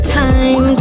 time